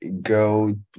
go